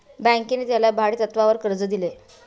बँकेने त्याला भाडेतत्वावर कर्ज दिले